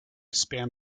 spam